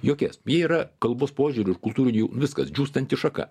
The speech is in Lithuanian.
jokias byra kalbos požiūriu ir kultūriniu viskas džiūstanti šaka